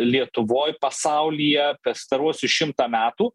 lietuvoj pasaulyje pastaruosius šimtą metų